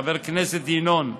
חבר הכנסת ינון,